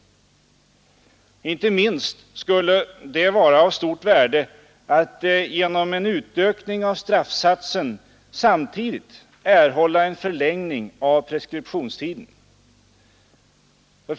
Inte minst skulle det vara av stort värde att genom en utökning av straffsatsen samtidigt erhålla en förlängning av preskriptionstiden.